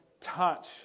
touch